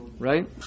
right